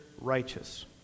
righteous